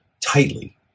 tightly